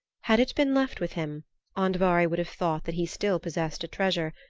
had it been left with him andvari would have thought that he still possessed a treasure,